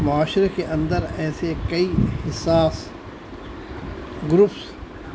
معاشرے کے اندر ایسے کئی حساس گروپس